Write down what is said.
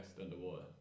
underwater